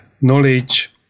knowledge